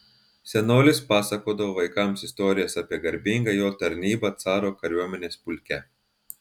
senolis pasakodavo vaikams istorijas apie garbingą jo tarnybą caro kariuomenės pulke